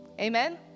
Amen